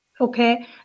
Okay